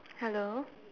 hello